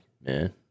man